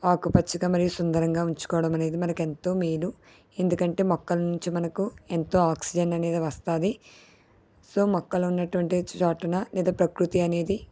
ఆకుపచ్చగా మరియు సుందరంగా ఉంచుకోవడం అనేది మనకు ఎంతో మేలు ఎందుకంటే మొక్కల నుంచి మనకు ఎంతో ఆక్సిజన్ అనేది వస్తుంది సో మొక్కలు ఉన్నటువంటి చోటున లేదా ప్రకృతి అనేది